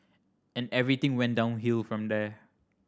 and everything went downhill from there